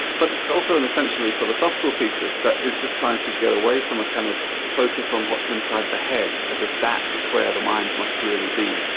but it's also an essentially philosophical thesis, that is just trying to get away from a kind of focus on what's inside the head as if that is where the mind must really be.